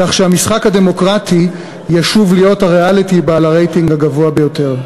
כדי שהמשחק הדמוקרטי ישוב להיות הריאליטי בעל הרייטינג הגבוה ביותר.